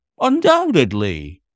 Undoubtedly